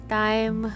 time